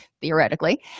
theoretically